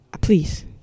please